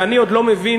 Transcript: ואני עוד לא מבין,